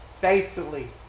faithfully